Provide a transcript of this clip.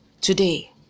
today